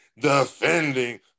defending